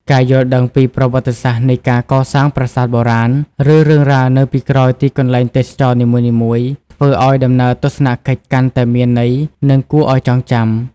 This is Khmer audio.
ការយល់ដឹងពីប្រវត្តិសាស្ត្រនៃការកសាងប្រាសាទបុរាណ ឬរឿងរ៉ាវនៅពីក្រោយទីកន្លែងទេសចរណ៍នីមួយៗ ធ្វើឲ្យដំណើរទស្សនកិច្ចកាន់តែមានន័យ និងគួរឲ្យចងចាំ។